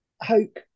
hope